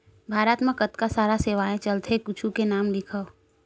भारत मा कतका सारा सेवाएं चलथे कुछु के नाम लिखव?